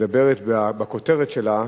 מדברת בכותרת שלה